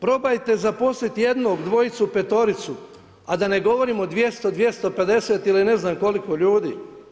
Probajte zaposliti, jednog, dvojicu, petoricu, a da ne govorim o 200, 250 ili ne znam koliko ljudi.